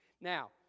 now